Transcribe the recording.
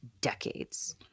decades